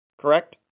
correct